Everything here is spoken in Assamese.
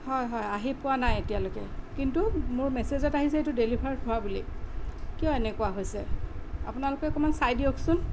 হয় হয় আহি পোৱা নাই এতিয়ালৈকে কিন্তু মোৰ মেচেজত আহিছে এইটো ডেলিভাৰ হোৱা বুলি কিয় এনেকুৱা হৈছে আপোনালোকে অকণমান চাই দিয়কচোন